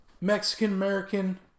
Mexican-American